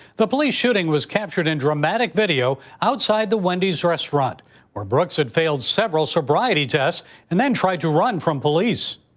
the police shooting was captured in dramatic video outside the wendy's restaurant where brooks had failed several sobriety tests and try to run from police.